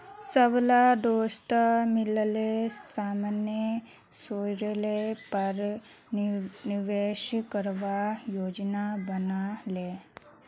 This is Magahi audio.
सबला दोस्त मिले सामान्य शेयरेर पर निवेश करवार योजना बना ले